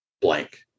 blank